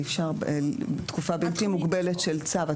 אי אפשר תקופה בלתי מוגבלת של צו.